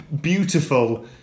beautiful